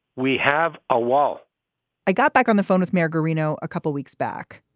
we have a wall i got back on the phone with mayor guarino a couple of weeks back,